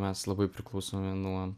mes labai priklausomi nuo